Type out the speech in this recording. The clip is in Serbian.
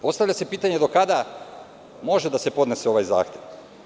Postavlja se pitanje – do kada može da se podnese ovaj zahtev?